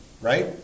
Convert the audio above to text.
right